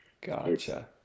Gotcha